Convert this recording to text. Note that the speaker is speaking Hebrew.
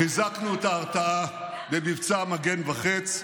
אני קורא אותך בקריאה שנייה.